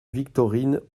victorine